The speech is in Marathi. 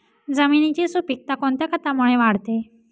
जमिनीची सुपिकता कोणत्या खतामुळे वाढते?